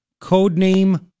Codename